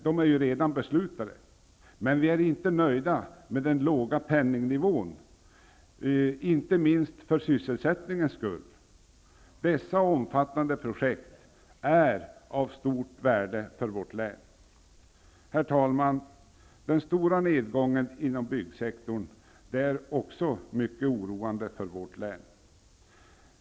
De är redan beslutade. Men vi är inte nöjda med den låga penningnivån, inte minst för sysselsättningens skull. Dessa omfattande projekt är av stort värde för vårt län. Herr talman! Den stora nedgången inom byggsektorn är också mycket oroande för vårt län.